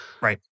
Right